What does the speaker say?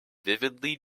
vividly